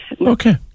okay